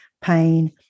pain